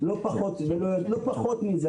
לא פחות מזה,